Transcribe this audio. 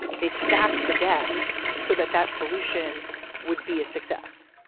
they stacked the deck so that that solution would be a success,